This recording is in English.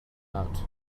out